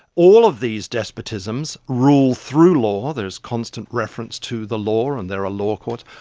all of these despotisms rule through law. there is constant reference to the law and there are law courts.